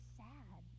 sad